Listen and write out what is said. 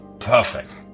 Perfect